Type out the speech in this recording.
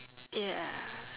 ya